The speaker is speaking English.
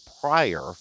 prior